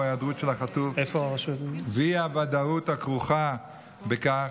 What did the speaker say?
ההיעדרות של החטוף ואי-הוודאות הכרוכה בכך,